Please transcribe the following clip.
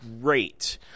great